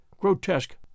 grotesque